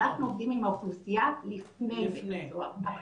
אנחנו עובדים עם האוכלוסייה לפני בית הסוהר.